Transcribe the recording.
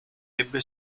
ebbe